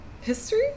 History